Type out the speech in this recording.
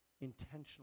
intentionally